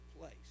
place